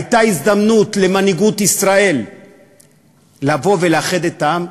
הייתה הזדמנות למנהיגות ישראל לבוא ולאחד את העם.